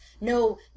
No